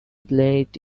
played